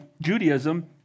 Judaism